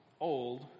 old